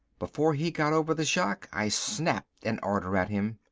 before he got over the shock i snapped an order at him.